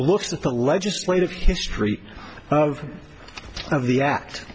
looks at the legislative history of the act